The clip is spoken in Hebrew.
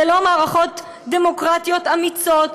ללא מערכות דמוקרטיות אמיצות,